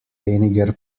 weniger